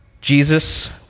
Jesus